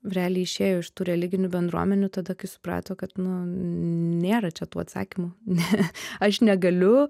realiai išėjo iš tų religinių bendruomenių tada kai suprato kad nėra čia tų atsakymų ne aš negaliu